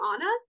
Anna